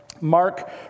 Mark